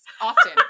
often